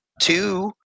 two